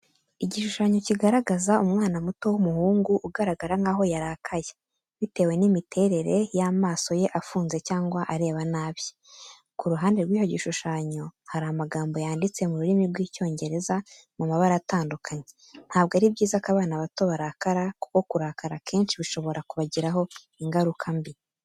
Igishushanyo kigaragaza umwana muto w'umuhungu ugaragara nkaho yarakaye, bitewe n'imiterere y'amaso ye afunze cyangwa areba nabi. Ku ruhande rw'icyo gishushanyo, hari amagambo yanditse mu rurimi rw'Icyongereza mu mabara atandukanye. Ntabwo ari byiza ko abana bato barakara kuko kurakara kenshi bishobora kubagiraho ingaruka mbi.